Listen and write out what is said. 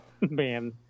man